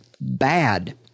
bad